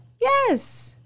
Yes